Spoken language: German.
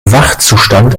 wachzustand